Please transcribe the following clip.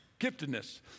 Giftedness